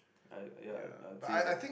I ya I'll say that